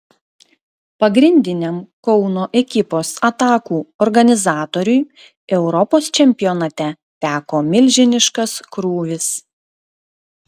pagrindiniam kauno ekipos atakų organizatoriui europos čempionate teko milžiniškas krūvis